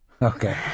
Okay